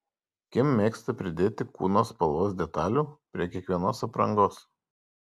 kim mėgsta pridėti kūno spalvos detalių prie kiekvienos aprangos